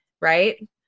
right